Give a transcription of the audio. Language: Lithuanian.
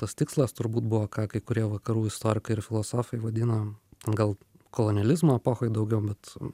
tas tikslas turbūt buvo ką kai kurie vakarų istorikai ir filosofai vadina gal kolonializmo epochoj daugiau bet